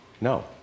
No